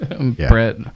Brett